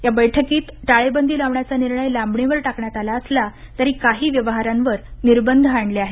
या बैठकीत टाळेबंदी लावण्याचा निर्णय लांबणीवर टाकण्यात आला असला तरी काही व्यवहारांवर निर्बंध आणले आहेत